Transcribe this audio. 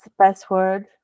password